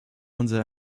unser